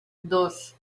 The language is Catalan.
dos